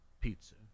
pizza